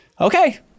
Okay